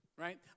right